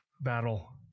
battle